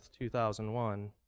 2001